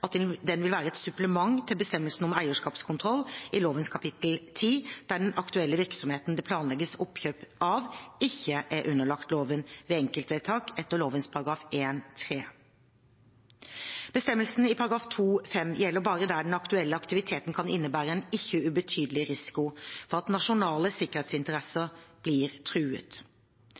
at den vil være et supplement til bestemmelsene om eierskapskontroll i lovens kapittel 10 der den aktuelle virksomheten det planlegges oppkjøp av, ikke er underlagt loven ved enkeltvedtak etter lovens § 1-3. Bestemmelsen i § 2-5 gjelder bare der den aktuelle aktiviteten kan innebære en ikke ubetydelig risiko for at nasjonale sikkerhetsinteresser blir truet.